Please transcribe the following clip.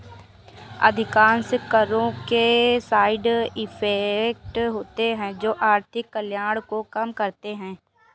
अधिकांश करों के साइड इफेक्ट होते हैं जो आर्थिक कल्याण को कम करते हैं